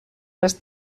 les